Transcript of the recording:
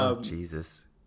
Jesus